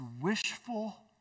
wishful